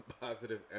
positive